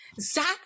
Zach